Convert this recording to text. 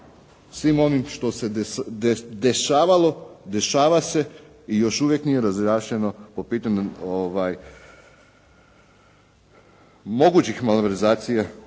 svim onim što se dešavalo, dešava se i još uvijek nije razjašnjeno po pitanju mogućih malverzacija